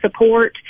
support